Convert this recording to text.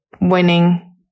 winning